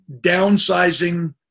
downsizing